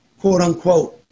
quote-unquote